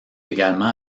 également